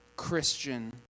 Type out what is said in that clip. Christian